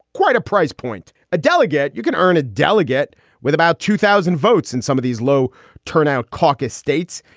quite a price point. a delegate. you can earn a delegate with about two thousand votes in some of these low turnout caucus states.